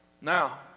now